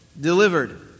Delivered